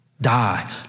die